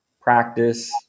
practice